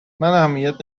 اهمیت